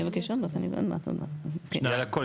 הצבעה בעד, 2 נגד,